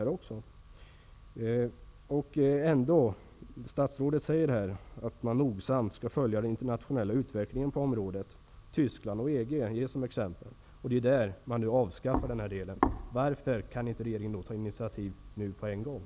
Statsrådet sade i sitt svar att regeringen nogsamt följer den internationella utvecklingen på området. Tyskland och EG ges som exempel. Det är där man nu avskaffar denna regel. Varför kan inte regeringen ta initiativ med en gång?